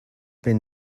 been